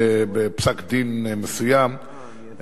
בפסק דין מסוים,